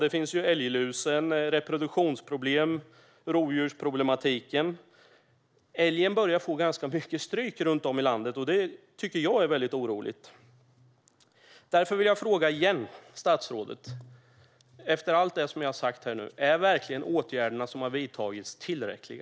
Det finns älglus, reproduktionsproblem och rovdjursproblematik. Älgen börjar ta ganska mycket stryk runt om i landet. Det tycker jag är mycket oroande. Jag vill därför, efter allt som jag har sagt nu, fråga statsrådet igen: Är verkligen de åtgärder som har vidtagits tillräckliga?